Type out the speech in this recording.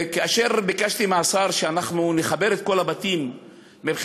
כאשר ביקשתי מהשר לחבר את כל הבתים לחשמל,